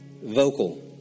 vocal